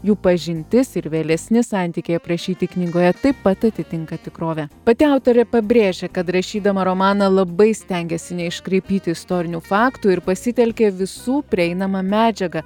jų pažintis ir vėlesni santykiai aprašyti knygoje taip pat atitinka tikrovę pati autorė pabrėžia kad rašydama romaną labai stengėsi neiškraipyti istorinių faktų ir pasitelkė visų prieinamą medžiagą